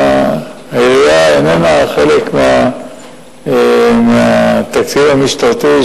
העירייה איננה חלק מהתקציב המשטרתי,